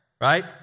right